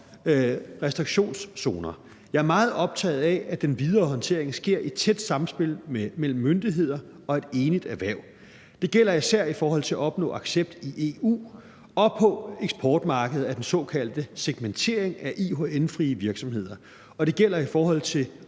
restriktionszoner. Jeg er meget optaget af, at den videre håndtering sker i et tæt samspil mellem myndigheder og et enigt erhverv. Det gælder især i forhold til at opnå accept i EU og på eksportmarkedet af den såkaldte segmentering af IHN-frie virksomheder, og det gælder i forhold til